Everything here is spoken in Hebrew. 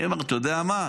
אני אומר: אתה יודע מה,